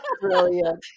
Brilliant